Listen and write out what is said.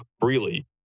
freely